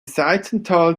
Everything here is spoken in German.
seitental